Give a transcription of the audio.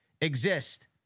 exist